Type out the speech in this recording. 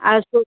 आज तो